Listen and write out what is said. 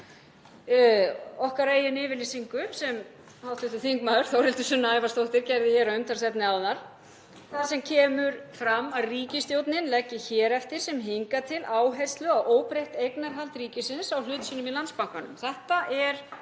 okkar eigin yfirlýsingu, sem hv. þm. Þórhildur Sunna Ævarsdóttir gerði að umtalsefni áðan, þar sem kemur fram að ríkisstjórnin leggi hér eftir sem hingað til áherslu á óbreytt eignarhald ríkisins á hlut sínum í Landsbankanum. Þetta er